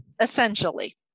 Essentially